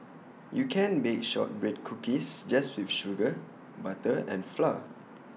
you can bake Shortbread Cookies just with sugar butter and flour